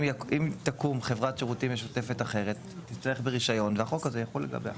תקום חברת שירותים משותפת אחרת שתצטרך ברישיון והחוק הזה יחול לגביה.